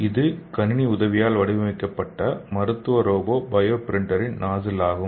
இது கணினி உதவியால் வடிவமைக்கப்பட்ட மருத்துவ ரோபோ பயோ பிரிண்டரின் நாஸில் ஆகும்